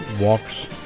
walks